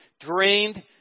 drained